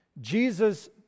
Jesus